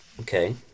Okay